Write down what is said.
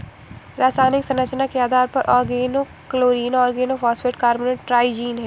रासायनिक संरचना के आधार पर ऑर्गेनोक्लोरीन ऑर्गेनोफॉस्फेट कार्बोनेट ट्राइजीन है